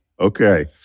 Okay